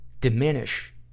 diminish